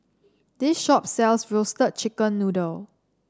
this shop sells Roasted Chicken Noodle